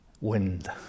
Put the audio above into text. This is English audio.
wind